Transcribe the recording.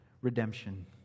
redemption